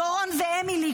דורון ואמילי,